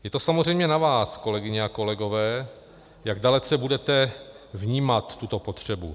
Je to samozřejmě na vás, kolegyně a kolegové, jak dalece budete vnímat tuto potřebu.